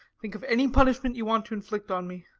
think of any punishment you want to inflict on me